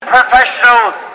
professionals